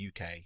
UK